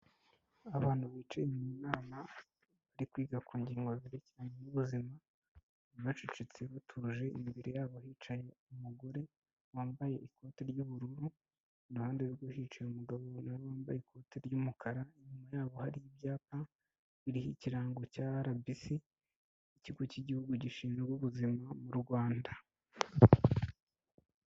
Abantu bicaye mu nama, bari kwiga ku ngingo zerecyeranye n'ubuzima, bacecetse batuje, imbere yabo hicaye umugore wambaye ikote ry'ubururu, iruhande rwe hicaye umugabo na we wambaye ikoti ry'umukara, inyuma yabo hari ibyapa biriho ikirango cya arabisi, ikigo cy'Igihugu gishinzwe ubuzima mu Rwanda.